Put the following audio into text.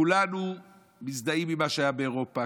כולנו מזדהים עם מה שהיה באירופה,